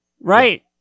Right